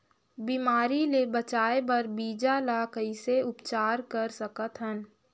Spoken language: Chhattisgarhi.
बिमारी ले बचाय बर बीजा ल कइसे उपचार कर सकत हन?